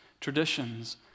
traditions